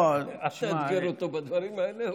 אל תאתגר אותו בדברים האלה.